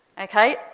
Okay